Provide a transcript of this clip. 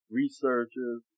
researchers